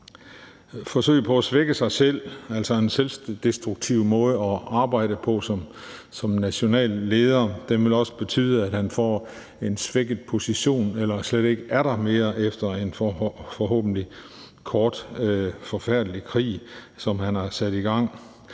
forsøg på at svække sig selv, altså hans selvdestruktive måde at arbejde på som national leder, også vil betyde, at han får en svækket position eller slet ikke er der mere efter den forfærdelige, men forhåbentlig korte krig, som han har sat i gang.